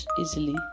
easily